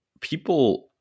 people